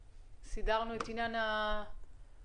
היצרנים באירופה לא נותנים ליבואנים קטנים,